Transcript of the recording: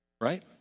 right